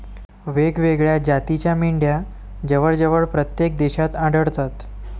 वेगवेगळ्या जातीच्या मेंढ्या जवळजवळ प्रत्येक देशात आढळतात